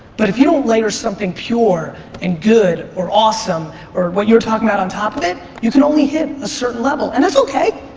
but if you don't layer something pure and good or awesome or what you're talking on top of it you can only hit a certain level. and that's okay.